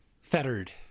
fettered